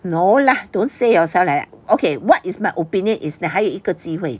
no lah don't say yourself like that okay what is my opinion is 你还有一个机会